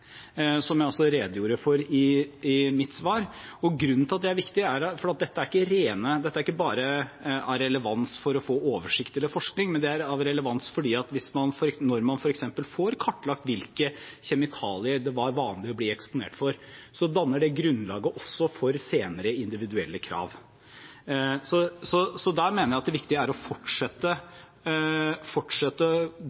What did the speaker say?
som jeg også redegjorde for i mitt svar. Dette er ikke bare av relevans for å få oversikt eller forskning. Det er av relevans fordi det å få kartlagt f.eks. hvilke kjemikalier det var vanlig å bli eksponert for, danner grunnlaget også for senere individuelle krav. Jeg mener det viktige er å fortsette